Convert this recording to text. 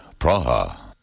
Praha